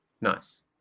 Nice